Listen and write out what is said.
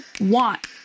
want